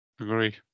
Agree